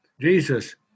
Jesus